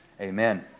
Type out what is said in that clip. Amen